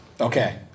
Okay